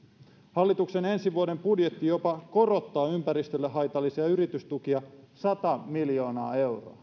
hallituksen ensi vuoden budjetti jopa korottaa ympäristölle haitallisia yritystukia sata miljoonaa euroa